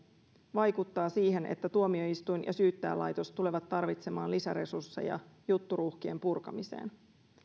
vaikuttaa siihen että tuomioistuin ja syyttäjälaitos tulevat tarvitsemaan lisäresursseja jutturuuhkien purkamiseen